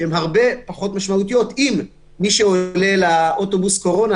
שהן הרבה פחות משמעותיות אם מי שעולה לאוטובוס הקורונה